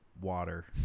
Water